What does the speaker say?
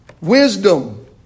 Wisdom